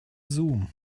zoom